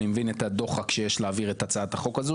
אני מבין את הדוחק שיש להעביר את הצעת החוק הזו,